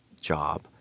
job